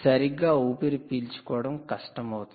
సరిగ్గా ఊపిరి పీల్చుకోవడం కష్టం అవుతుంది